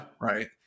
Right